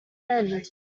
end